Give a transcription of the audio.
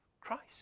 Christ